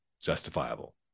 Justifiable